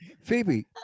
Phoebe